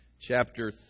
chapter